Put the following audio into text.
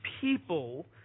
people